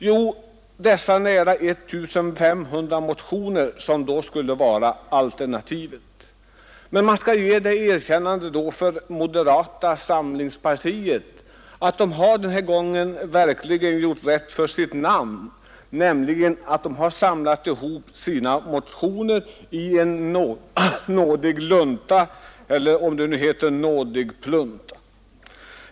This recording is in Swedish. Jo, man svarar med nära 1 500 motioner, som då skulle vara alternativet. Men moderata samlingspartiet skall ha det erkännandet att partiet den här gången verkligen gjort rätt för sitt namn, man har nämligen samlat ihop sina motioner i en nådig lunta; eller kanske det heter nådig ”plunta”.